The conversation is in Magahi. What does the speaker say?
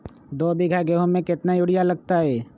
दो बीघा गेंहू में केतना यूरिया लगतै?